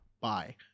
Bye